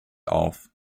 auf